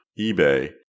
eBay